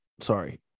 sorry